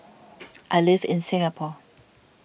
I live in Singapore